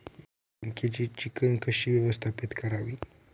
बँकेची चिकण कशी व्यवस्थापित करावी?